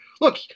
Look